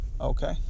okay